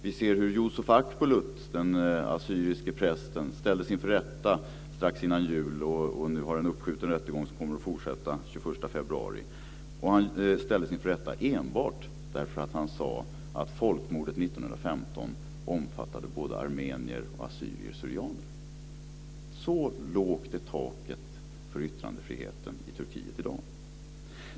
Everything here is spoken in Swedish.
Vi ser hur Yusuf Akbulut, den assyriske prästen, ställdes inför rätta strax före jul, och rättegången kommer att fortsätta den 21 februari. Han ställdes inför rätta enbart därför att han sade att folkmordet 1915 omfattade både armenier och assyrier/syrianer. Så lågt i tak är det för yttrandefriheten i Turkiet i dag.